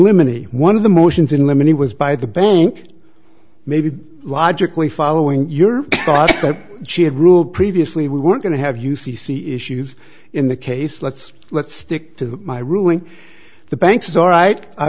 limine one of the motions in limine it was by the bank maybe logically following your she had rule previously we were going to have you see see issues in the case let's let's stick to my ruling the banks are right i